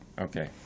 Okay